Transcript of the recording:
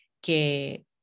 que